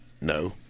No